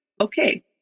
Okay